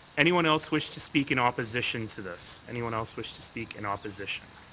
anyone else wish to speak in opposition to this? anyone else wish to speak in opposition?